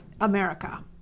America